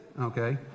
Okay